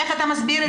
איך אתה מסביר את זה?